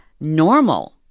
normal